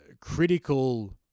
critical